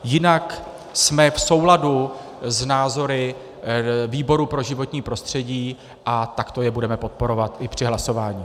Jinak jsme v souladu s názory výboru pro životní prostředí a takto je budeme podporovat i při hlasování.